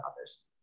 others